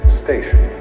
station